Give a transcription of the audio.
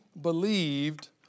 believed